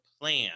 plan